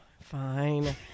Fine